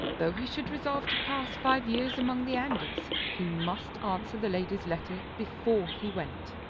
though he should resolve to pass five years among the andes, he must answer the lady's letter before he went.